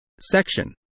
Section